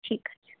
ঠিক আছে